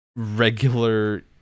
regular